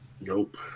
nope